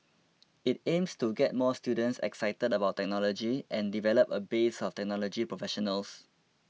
it aims to get more students excited about technology and develop a base of technology professionals